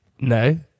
No